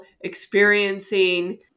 experiencing